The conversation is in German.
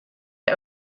der